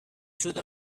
the